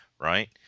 right